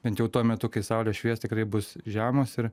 bent jau tuo metu kai saulė švies tikrai bus žemos ir